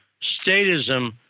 statism